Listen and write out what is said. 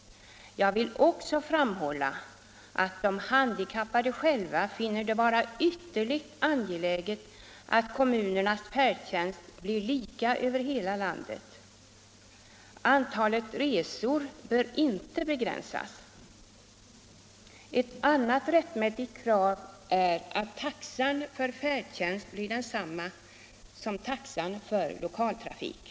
Jag vill också framhålla att de handikappade själva anser det vara ytterligt angeläget att kommunernas färdtjänst blir lika över hela landet. Antalet resor bör inte begränsas. Ett annat rättmätigt krav är att taxan för färdtjänst blir densamma som taxan för lokaltrafik.